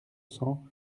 cents